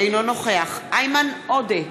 אינו נוכח איימן עודה,